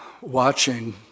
watching